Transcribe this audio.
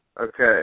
Okay